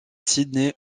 sydney